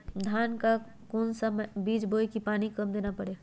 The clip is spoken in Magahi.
धान का कौन सा बीज बोय की पानी कम देना परे?